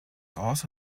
also